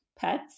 pets